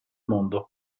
mondo